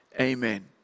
Amen